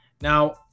Now